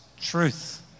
truth